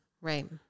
Right